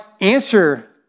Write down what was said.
answer